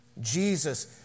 Jesus